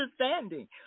understanding